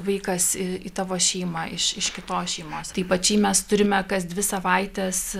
vaikas į tavo šeimą iš iš kitos šeimos tai pačiai mes turime kas dvi savaites